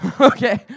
Okay